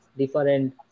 different